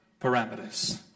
parameters